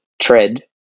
tread